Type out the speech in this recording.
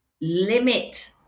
limit